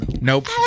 nope